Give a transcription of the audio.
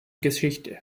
geschichte